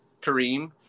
Kareem